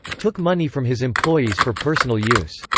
took money from his employees for personal use.